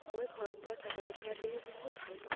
মই ঘৰত বোৱা চাদৰ মেখেলা পিন্ধি বহুত ভাল পাওঁ